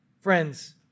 Friends